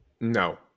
No